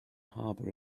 harbour